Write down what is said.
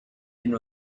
and